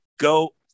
go